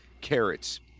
carrots